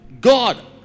God